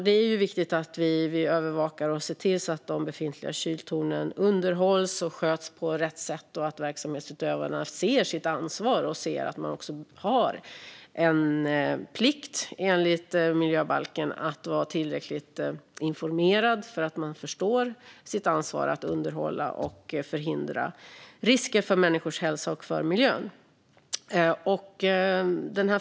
Det är viktigt att vi övervakar och ser till att de befintliga kyltornen underhålls och sköts på rätt sätt och att verksamhetsutövarna ser att de har en plikt enligt miljöbalken att vara tillräckligt informerade så att de förstår sitt ansvar att underhålla och förhindra risker för människors hälsa och för miljön.